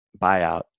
buyout